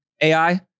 AI